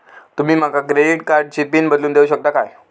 तुमी माका क्रेडिट कार्डची पिन बदलून देऊक शकता काय?